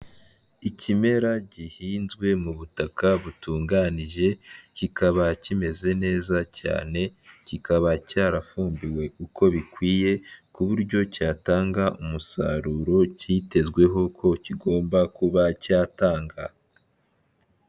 Ikimera gihinzwe mu butaka butunganije, kikaba kimeze neza cyane, kikaba cyarafumbiwe uko bikwiye ku buryo cyatanga umusaruro cyitezweho ko kigomba kuba cyatanga.